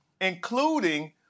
including